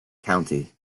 county